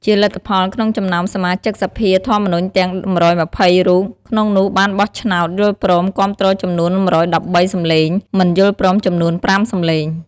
ជាលទ្ធផល ក្នុងចំណោមសមាជិកសភាធម្មនុញ្ញទាំង ១២០រូប ក្នុងនោះបានបោះឆ្នោតយល់ព្រមគាំទ្រចំនួន ១១៣ សំឡេង មិនយល់ព្រមចំនួន ៥ សំឡេង។